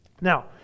Now